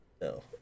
No